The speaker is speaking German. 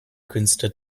künste